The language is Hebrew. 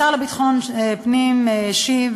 השר לביטחון פנים השיב